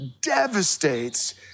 devastates